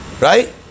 Right